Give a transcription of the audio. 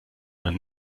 man